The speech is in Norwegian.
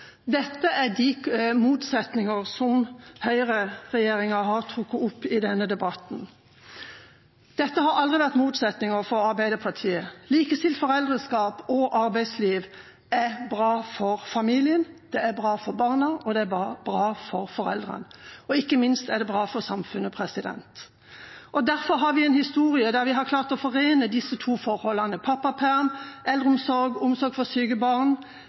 Dette er de motsetninger som høyreregjeringa har tatt opp i denne debatten. Dette har aldri vært motsetninger for Arbeiderpartiet. Likestilt foreldreskap og arbeidsliv er bra for familien, det er bra for barna, og det er bra for foreldrene – og ikke minst er det bra for samfunnet. Derfor har vi en historie der vi har klart å forene disse forholdene: pappaperm, eldreomsorg, omsorg for syke barn,